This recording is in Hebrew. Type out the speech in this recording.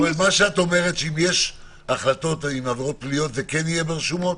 את אומרת שאם יש החלטות עם עבירות פליליות הן כן יהיו ברשומות?